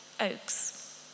oaks